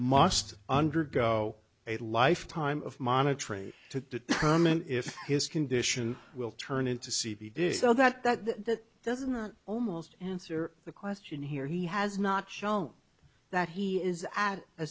must undergo a life time of monitoring to determine if his condition will turn into c b this so that that that doesn't almost answer the question here he has not shown that he is at a